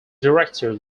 director